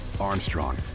Armstrong